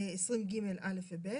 20ג(א) ו-(ב).